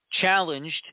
challenged